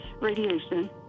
radiation